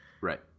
Right